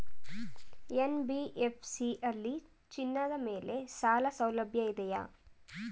NBFC ಯಲ್ಲಿ ಚಿನ್ನದ ಮೇಲೆ ಸಾಲಸೌಲಭ್ಯ ಇದೆಯಾ?